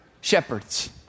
shepherds